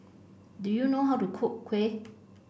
do you know how to cook Kuih